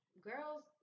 girls